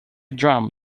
drum